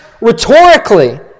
rhetorically